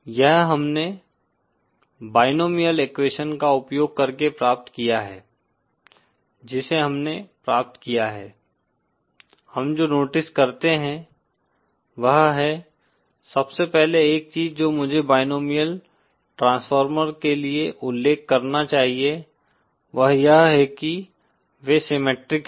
यह हमने binomial equation का उपयोग करके प्राप्त किया है जिसे हमने प्राप्त किया है हम जो नोटिस करते हैं वह है सबसे पहले एक चीज जो मुझे बायनोमिअल ट्रांसफार्मर के लिए उल्लेख करना चाहिए वह यह है कि वे सिमेट्रिक हैं